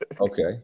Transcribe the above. Okay